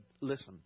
listen